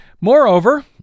Moreover